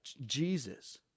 Jesus